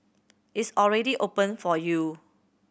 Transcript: it's already open for you